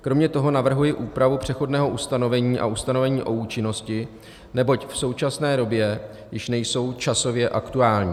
Kromě toho navrhuji úpravu přechodného ustanovení a ustanovení o účinnosti, neboť v současné době již nejsou časově aktuální.